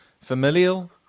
familial